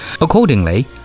Accordingly